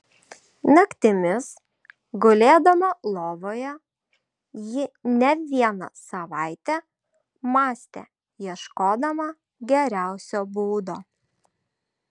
naktimis gulėdama lovoje ji ne vieną savaitę mąstė ieškodama geriausio būdo